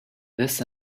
this